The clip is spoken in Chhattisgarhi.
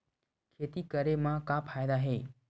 खेती करे म का फ़ायदा हे?